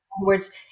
words